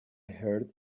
heard